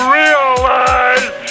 realize